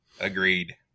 Agreed